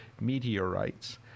Meteorites